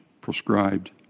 prescribed